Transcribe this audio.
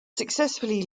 successfully